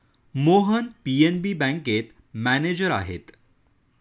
Mohan PNB बँकेत manager आहेत